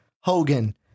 Hogan